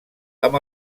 amb